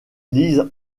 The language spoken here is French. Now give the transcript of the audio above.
lise